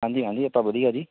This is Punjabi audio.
ਹਾਂਜੀ ਹਾਂਜੀ ਆਪਾਂ ਵਧੀਆ ਜੀ